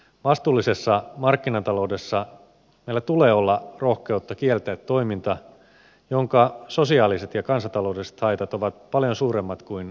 vastuullisessa markkinataloudessa meillä tulee olla rohkeutta kieltää toiminta jonka sosiaaliset ja kansantaloudelliset haitat ovat paljon suuremmat kuin henkilökohtaiset hyödyt